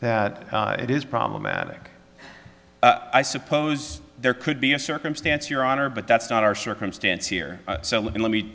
that it is problematic i suppose there could be a circumstance your honor but that's not our circumstance here so let me